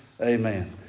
Amen